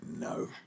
no